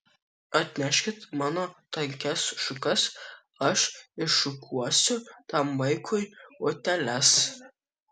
atneškit mano tankias šukas aš iššukuosiu tam vaikui utėles